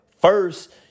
First